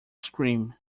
scream